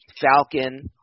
Falcon